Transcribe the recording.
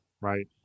right